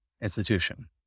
institution